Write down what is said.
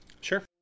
Sure